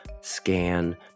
scan